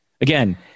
Again